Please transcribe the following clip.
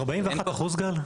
41%, גל?